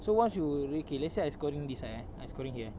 so once you okay let's say I scoring this eh I scoring here eh